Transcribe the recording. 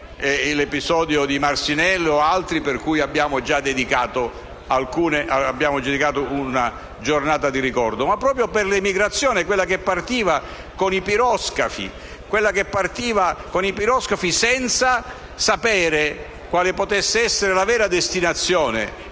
il disastro di Marcinelle o altri, cui abbiamo già dedicato una giornata di ricordo. Mi riferisco all'emigrazione che partiva con i piroscafi, senza sapere quale potesse essere la vera destinazione